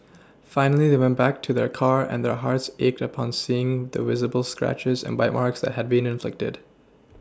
finally they went back to their car and their hearts ached upon seeing the visible scratches and bite marks that had been inflicted